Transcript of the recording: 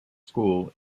school